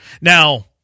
Now